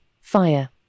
fire